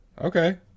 Okay